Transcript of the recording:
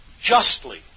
justly